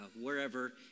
wherever